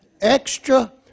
Extra